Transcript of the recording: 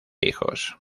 hijos